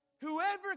Whoever